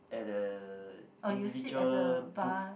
at a individual booth